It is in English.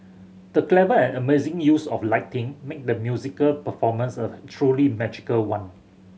the clever and amazing use of lighting made the musical performance a truly magical one